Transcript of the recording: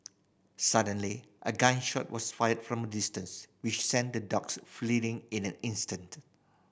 suddenly a gun shot was fired from distance which sent the dogs fleeing in an instant